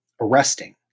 arresting